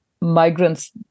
migrants